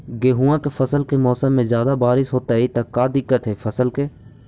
गेहुआ के फसल के मौसम में ज्यादा बारिश होतई त का दिक्कत हैं फसल के?